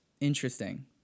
Interesting